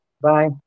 Bye